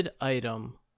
item